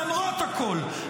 למרות הכול,